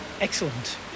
excellent